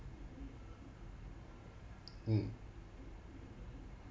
mm